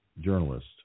journalist